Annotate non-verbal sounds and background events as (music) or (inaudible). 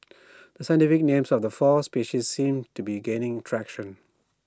(noise) the scientific names of the four species seem to be gaining traction